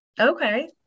Okay